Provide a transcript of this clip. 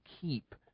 keep